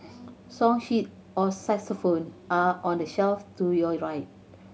song sheet or saxophone are on the shelf to your right